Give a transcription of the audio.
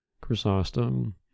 Chrysostom